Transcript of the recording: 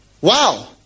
Wow